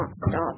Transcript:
stop